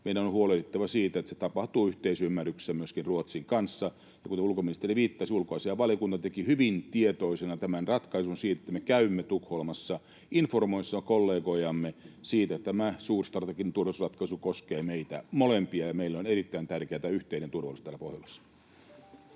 meidän on huolehdittava siitä, että se tapahtuu yhteisymmärryksessä myöskin Ruotsin kanssa. Ja kuten ulkoministeri viittasi, ulkoasiainvaliokunta teki hyvin tietoisena tämän ratkaisun siitä, että me käymme Tukholmassa informoimassa kollegojamme siitä, että tämä suurstrateginen turvallisuusratkaisu koskee meitä molempia ja meille on erittäin tärkeätä tämä yhteinen turvallisuus täällä Pohjolassa.